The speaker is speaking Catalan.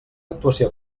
actuació